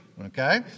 Okay